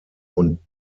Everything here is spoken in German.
und